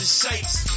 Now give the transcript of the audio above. shapes